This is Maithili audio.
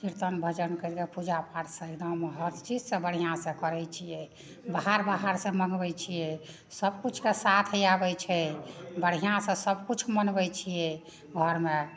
किर्तन भजन करि कऽ पूजापाठसँ एकदम हरचीजसँ बढ़िआँसँ करैत छियै बाहर बाहरसँ मँगबैत छियै सबकिछुके साथ आबैत छै बढ़िआँसँ सबकिछु मनबैत छियै घरमे